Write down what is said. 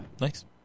nice